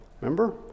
Remember